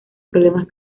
problemas